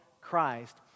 Christ